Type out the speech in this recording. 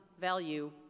value